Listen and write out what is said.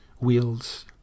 wheels